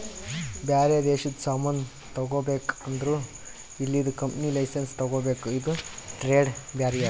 ಬ್ಯಾರೆ ದೇಶದು ಸಾಮಾನ್ ತಗೋಬೇಕ್ ಅಂದುರ್ ಇಲ್ಲಿದು ಕಂಪನಿ ಲೈಸೆನ್ಸ್ ತಗೋಬೇಕ ಇದು ಟ್ರೇಡ್ ಬ್ಯಾರಿಯರ್